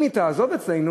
אם היא תעזוב אותנו,